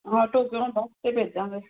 auto ਕਿਉਂ bus 'ਤੇ ਭੇਜਾਂਗੇ